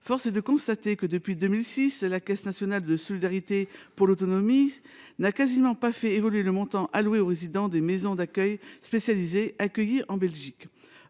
Force est de constater que, depuis 2006, la Caisse nationale de solidarité pour l’autonomie (CNSA) n’a quasiment pas fait évoluer le montant alloué aux résidents des maisons d’accueil spécialisées (MAS) accueillis en Belgique.